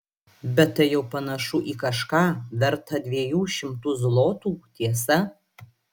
bet tai jau panašu į kažką vertą dviejų šimtų zlotų tiesa